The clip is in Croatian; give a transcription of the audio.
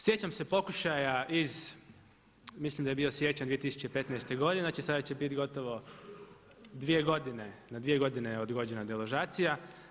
Sjećam se pokušaja iz mislim da je bio siječanj 2015. godine, znači sada će biti gotovo 2 godine, na 2 godine je odgođena deložacija.